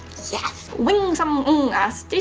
yes wing sum ng ask,